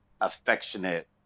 affectionate